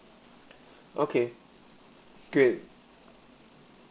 okay great